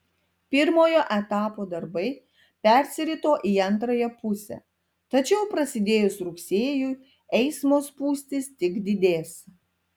pirmojo etapo darbai persirito į antrąją pusę tačiau prasidėjus rugsėjui eismo spūstys tik didės